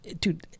dude